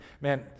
man